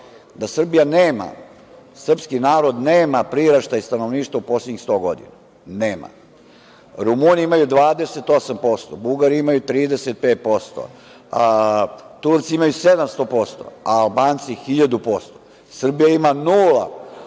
da Srbija nema, srpski narod nema priraštaj stanovnika u poslednjih 100 godina. Nema. Rumuni imaju 28%, Bugari imaju 35%, Turci imaju 700%, a Albanci 1.000%. Srbija ima